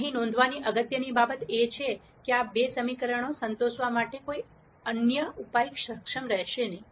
અહીં નોંધવાની અગત્યની બાબત એ છે કે આ બે સમીકરણો સંતોષવા માટે કોઈ અન્ય ઉપાય સક્ષમ રહેશે નહીં